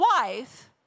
wife